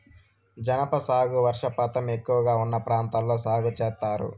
జనప సాగు వర్షపాతం ఎక్కువగా ఉన్న ప్రాంతాల్లో సాగు చేత్తారు